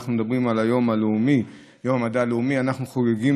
ואנחנו מדברים על יום המדע הלאומי,